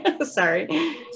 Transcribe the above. Sorry